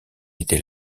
était